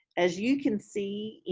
as you can see,